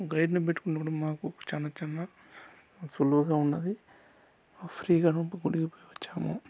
గైడ్ని పెట్టుకున్నప్పుడు మాకు చాలా చాలా సులువుగా ఉన్నది ఫ్రీగా గుడికి పోయి వచ్చాము